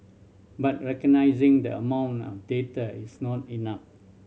but recognising the amount of data is not enough